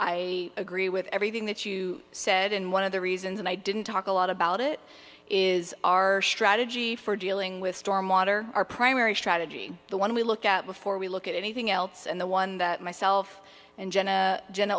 i agree with everything that you said and one of the reasons and i didn't talk a lot about it is our strategy for dealing with storm water our primary strategy the one we look at before we look at anything else and the one that myself and gen a gen